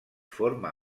forma